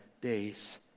days